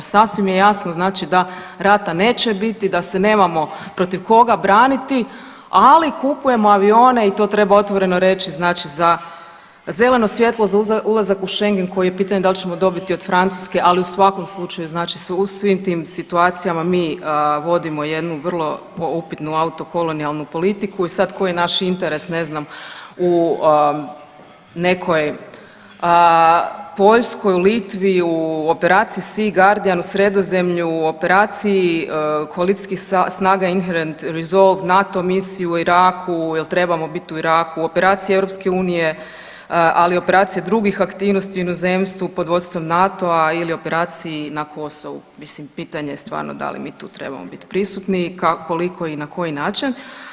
Sasvim je jasno da rate neće biti, da se nemamo protiv koga braniti, ali kupujemo avione i to treba otvoreno reći znači za zeleno svjetlo za ulazak u scehengen koji je pitanje da li ćemo dobiti od Francuske, ali u svakom slučaju u svim tim situacijama mi vodimo jednu vrlo upitnu autokolonijalnu politiku i sad koji je naš interes ne znam u nekoj Poljskoj, Litvi u operaciji Sea Guardian u Sredozemlju i operaciji koalicijskih snaga Inherent resolve, NATO misiji u Iraku, jel trebamo biti u Iraku, u operaciji EU, ali i operacija drugih aktivnosti u inozemstvu pod vodstvom NATO-a ili operaciji na Kosovu, mislim pitanje da li mi tu trebamo biti prisutni i koliko i na koji način.